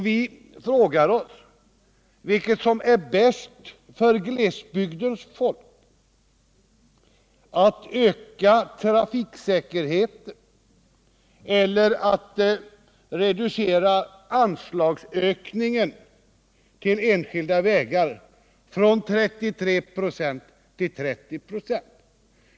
Vi frågar oss vilket som är bäst för glesbygdens folk: att öka trafiksäkerheten eller att reducera anslagsökningen till enskilda vägar från 33 till 30 96?